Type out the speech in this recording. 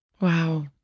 Wow